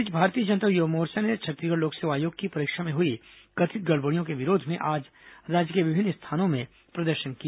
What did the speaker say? इस बीच भारतीय जनता युवा मोर्चा ने छत्तीसगढ़ लोक सेवा आयोग की परीक्षा में हुई कथित गड़बड़ियों के विरोध में आज राज्य के विभिन्न स्थानों में प्रदर्शन किया